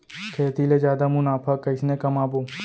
खेती ले जादा मुनाफा कइसने कमाबो?